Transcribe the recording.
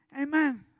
Amen